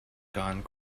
gone